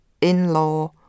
in-law